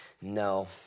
no